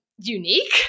unique